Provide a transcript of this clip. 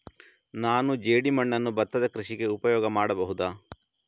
ನಾನು ಜೇಡಿಮಣ್ಣನ್ನು ಭತ್ತದ ಕೃಷಿಗೆ ಉಪಯೋಗ ಮಾಡಬಹುದಾ?